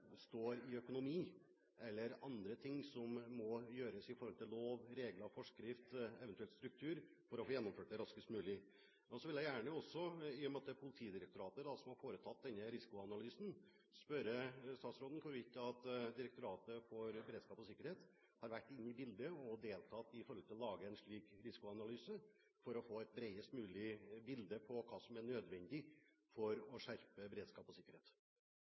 i økonomi, eller er det andre ting som må gjøres når det gjelder lover, regler, forskrifter, eventuelt struktur, for å få gjennomført det raskest mulig? Så vil jeg gjerne også – i og med at det er Politidirektoratet som har foretatt denne risikoanalysen – spørre statsråden om hvorvidt Direktoratet for samfunnssikkerhet og beredskap har vært inne i bildet og deltatt i forbindelse med å lage en slik risikoanalyse for å få et bredest mulig bilde av hva som er nødvendig for å skjerpe beredskap og sikkerhet?